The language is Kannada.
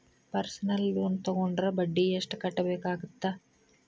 ಪರ್ಸನಲ್ ಲೋನ್ ತೊಗೊಂಡ್ರ ಬಡ್ಡಿ ಎಷ್ಟ್ ಕಟ್ಟಬೇಕಾಗತ್ತಾ